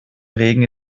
regen